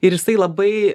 ir jisai labai